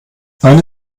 eine